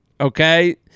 Okay